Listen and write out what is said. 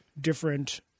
different